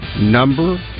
number